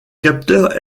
capteurs